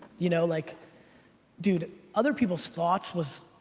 you know like dude, other people's thoughts was,